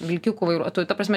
vilkikų vairuotojų ta prasme